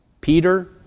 Peter